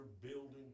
building